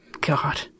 God